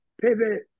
pivot